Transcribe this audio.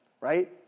right